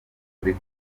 kuri